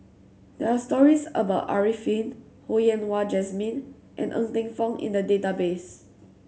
there are stories about Arifin Ho Yen Wah Jesmine and Ng Teng Fong in the database